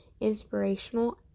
inspirational